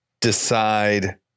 decide